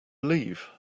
leave